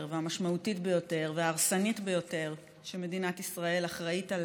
והמשמעותית ביותר וההרסנית ביותר שמדינת ישראל אחראית לה